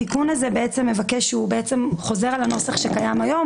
התיקון הזה חוזר על הנוסח שקיים היום,